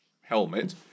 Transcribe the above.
helmet